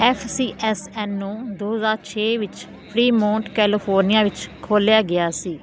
F C S N ਨੂੰ ਦੋ ਹਜ਼ਾਰ ਛੇ ਵਿੱਚ ਫ੍ਰੀਮੌਂਟ ਕੈਲੀਫੋਰਨੀਆ ਵਿੱਚ ਖੋਲ੍ਹਿਆ ਗਿਆ ਸੀ